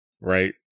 right